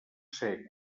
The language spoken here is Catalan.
ser